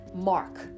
mark